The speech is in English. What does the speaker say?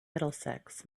middlesex